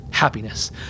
happiness